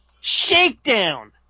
Shakedown